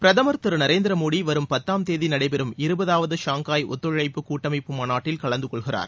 பிரதமர் திருநரேந்திர மோடி வரும் பத்தாம் தேதி நடைபெறும் இருபதாவது ஷங்காய் ஒத்தழைப்பு கூட்டமைப்பு மாநாட்டில் கலந்து கொள்கிறார்